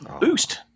boost